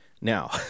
Now